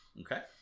Okay